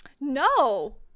No